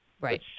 Right